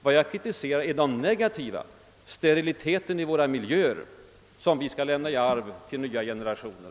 Vad jag kritiserar är de negativa följderna: bl.a. steriliteten i de miljöer som vi skall lämna i arv till nya generationer.